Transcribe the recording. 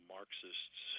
Marxists